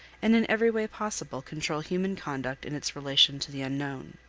and in every way possible control human conduct in its relation to the unknown.